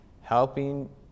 helping